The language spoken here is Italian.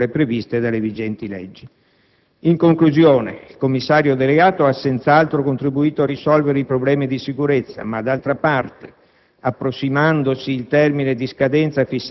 «emergenza», ma seguendo le normali procedure previste dalle vigenti leggi. In conclusione, il commissario delegato ha senz'altro contribuito a risolvere i problemi di sicurezza; d'altra parte,